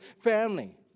family